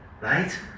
right